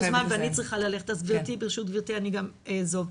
זמן ואני צריכה ללכת אז ברשות גברתי אני גם אעזוב.